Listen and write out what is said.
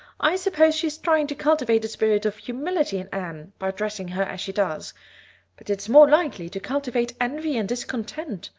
i suppose she's trying to cultivate a spirit of humility in anne by dressing her as she does but it's more likely to cultivate envy and discontent.